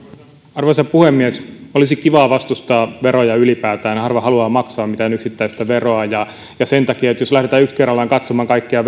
arvoisa puhemies olisi kivaa vastustaa veroja ylipäätään harva haluaa maksaa mitään yksittäistä veroa ja jos lähdetään yksi kerrallaan katsomaan kaikkia